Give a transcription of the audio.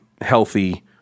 healthy